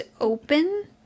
open